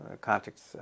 context